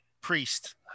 Priest